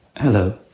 Hello